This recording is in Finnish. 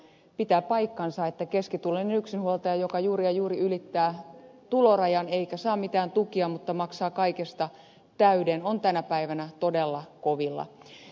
pitää paikkansa että keskituloinen yksinhuoltaja joka juuri ja juuri ylittää tulorajan eikä saa mitään tukia mutta maksaa kaikesta täyden on tänä päivänä todella kovilla